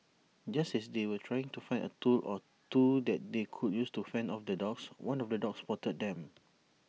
just as they were trying to find A tool or two that they could use to fend off the dogs one of the dogs spotted them